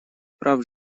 прав